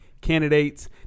candidates